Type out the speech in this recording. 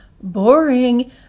boring